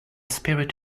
spirit